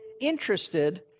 interested